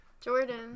Jordan